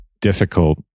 difficult